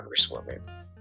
Congresswoman